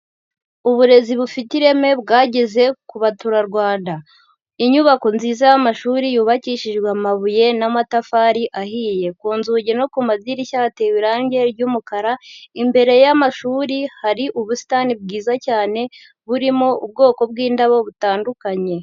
Uburezi bufite ireme bwageze ku baturarwanda, inyubako nziza y'amashuri yubakishijwe amabuye n'amatafari ahiye, ku nzugi no ku madirishya hatewe irange ry'umukara, imbere y'amashuri hari ubusitani bwiza cyane burimo ubwoko bw'indabo butandukanye.